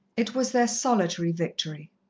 it was their solitary victory.